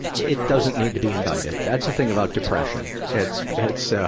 it doesn't need to be invited. that's the thing about depression. it's, it's, ah,